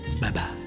bye-bye